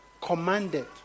commanded